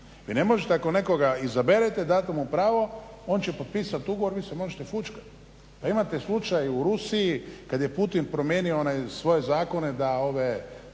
I ne možete ako nekoga izaberete dati mu pravo. On će potpisati ugovor, vi se možete fučkati. A imate slučaj u Rusiji kad je Putin promijenio one svoje zakone da